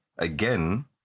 Again